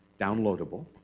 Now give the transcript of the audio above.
downloadable